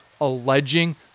alleging